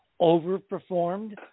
overperformed